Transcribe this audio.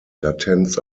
latenz